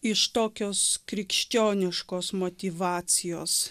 iš tokios krikščioniškos motyvacijos